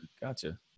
gotcha